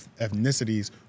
ethnicities